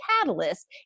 Catalyst